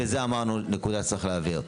וזו נקודה שצריך להבהיר.